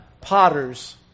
potters